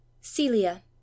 Celia